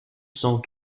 cent